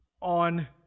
on